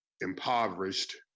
impoverished